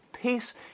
Peace